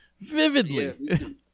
vividly